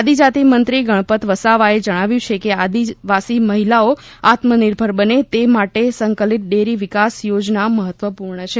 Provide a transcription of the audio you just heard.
આદિજાતિ મંત્રી ગણપત વસાવાએ જણાવ્યું છે કે આદિવાસી મહિલાઓ આત્મનિર્ભર બને તે માટે સંકલિત ડેરી વિકાસ યોજના મહત્વપૂર્ણ છે